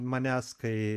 manęs kai